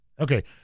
Okay